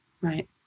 Right